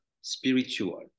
spiritual